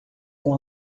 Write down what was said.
com